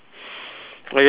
what are you laughing at